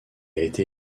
été